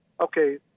Okay